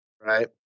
right